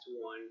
one